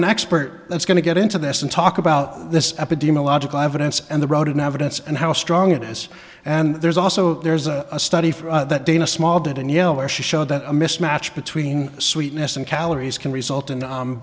an expert that's going to get into this and talk about this epidemiological evidence and the road in evidence and how strong it is and there's also there's a study that dana small did and you know where she showed that a mismatch between sweetness and calories can result in